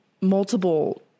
multiple